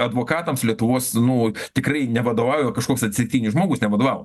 advokatams lietuvos nu tikrai nevadovauja kažkoks atsitiktinis žmogus nevadovavo